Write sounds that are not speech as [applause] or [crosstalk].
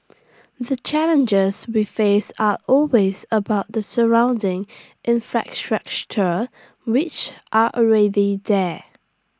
[noise] the challenges we face are always about the surrounding infrastructure which are already there